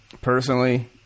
personally